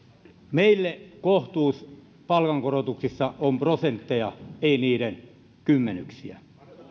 meille kohtuus palkankorotuksissa on prosentteja ei niiden kymmenyksiä